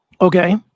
okay